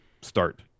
start